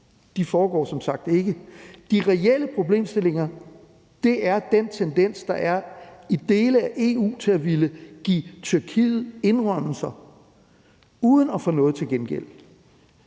De foregår som sagt ikke. De reelle problemstillinger er den tendens, der er i dele af EU til at ville give Tyrkiet indrømmelser uden at få noget til gengæld.